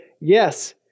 Yes